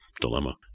dilemma